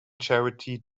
charity